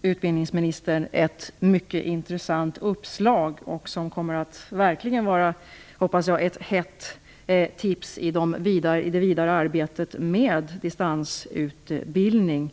detta är ett mycket intressant uppslag för utbildningsministern, något som kommer att vara ett hett tips i det vidare arbetet med distansutbildning.